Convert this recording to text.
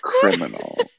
criminal